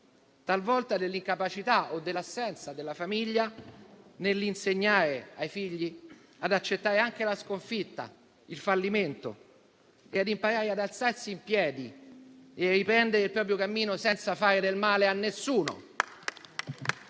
talvolta dell'incapacità o dell'assenza della famiglia nell'insegnare ai figli ad accettare anche la sconfitta, il fallimento, e ad imparare ad alzarsi in piedi e a riprendere il proprio cammino senza fare del male a nessuno.